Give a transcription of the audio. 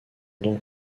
donc